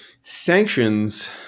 sanctions